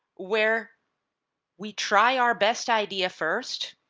where we try our best idea first,